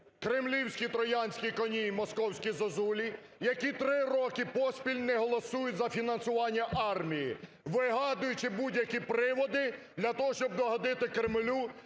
кремлівські троянські коні і московські зозулі, - які три роки поспіль не голосують за фінансування армії, вигадуючи будь-які приводи для того, щоб догодити Кремлю,